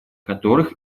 которых